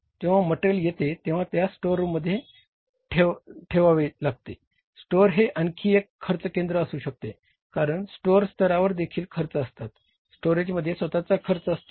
जेव्हा मटेरियल येते तेव्हा त्यास स्टोअरमध्ये जावे लागते स्टोअर हे आणखी एक खर्च केंद्र असू शकते कारण स्टोअर स्तरावर देखील खर्च असतात स्टोरेजमध्ये स्वतःचा खर्च असतो